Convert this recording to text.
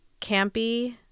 campy